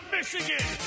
Michigan